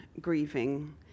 grieving